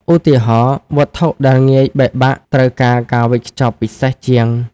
ឧទាហរណ៍ វត្ថុដែលងាយបែកបាក់ត្រូវការការវេចខ្ចប់ពិសេសជាង។